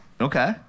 Okay